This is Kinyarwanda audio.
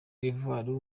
d’ivoire